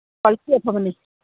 quality ꯑꯐꯕꯅꯤ